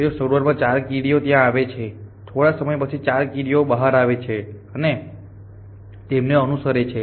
તેથી શરૂઆતમાં 4 કીડીઓ ત્યાં આવે છે થોડા સમય પછી વધુ 4 કીડીઓ બહાર આવે છે અને તેમને અનુસરે છે